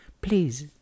Please